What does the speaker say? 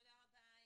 תודה רבה.